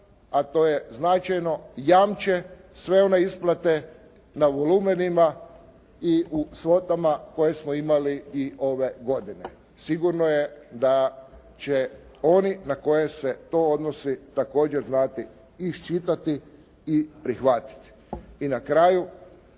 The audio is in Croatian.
a to je značajno, jamče sve one isplate na volumenima i u svotama koje smo imali i ove godine. Sigurno je da će oni na koje se to odnosi također znati iščitati i prihvatiti. I na kraju